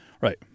Right